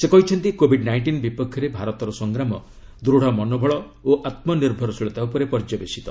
ସେ କହିଛନ୍ତି covid nineteen ବିପକ୍ଷରେ ଭାରତର ସଂଗ୍ରାମ ଦୃତ୍ ମନୋବଳ ଓ ଆତ୍ମନିର୍ଭରଶୀଳତା ଉପରେ ପର୍ଯ୍ୟବେସିତ